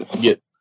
get